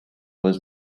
was